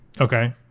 Okay